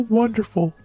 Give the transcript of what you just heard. wonderful